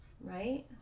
right